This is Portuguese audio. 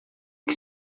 que